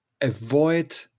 avoid